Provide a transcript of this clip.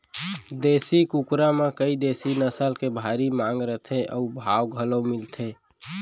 देसी कुकरा म कइ देसी नसल के भारी मांग रथे अउ भाव घलौ मिलथे